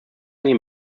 ihnen